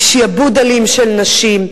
היא שעבוד אלים של נשים,